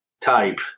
type